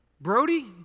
Brody